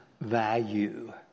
value